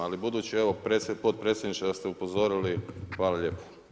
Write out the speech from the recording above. Ali budući evo potpredsjedniče da ste upozorili, hvala lijepo.